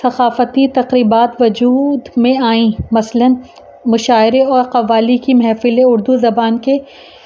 ثقافتی تقریبات وجود میں آئیں مثلاً مشاعرے اور قوالی کی محفل اردو زبان کے